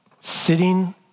sitting